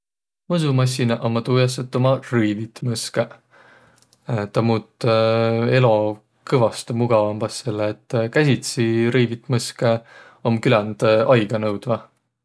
Mõsumassinaq ummaq tuu jaos, et uma rõivit mõskõq. Taa muut elo kõvastõ mugavambas, selle et käsitsi rõivit mõskõq om küländ aigonõudva.